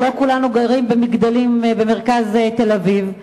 ולא כולנו גרים במגדלים במרכז תל-אביב,